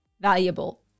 valuable